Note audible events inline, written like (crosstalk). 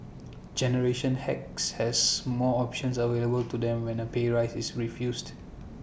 generation X has most options (noise) available to them when A pay rise is refused